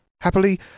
Happily